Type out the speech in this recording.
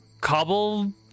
Cobble